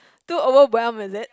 too over warm is it